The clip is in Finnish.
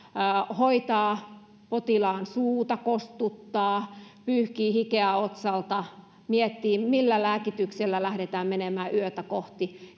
hoitaa potilaan suuta kostuttaa pyyhkii hikeä otsalta miettii millä lääkityksellä lähdetään menemään yötä kohti